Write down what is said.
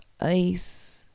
ice